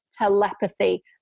telepathy